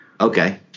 Okay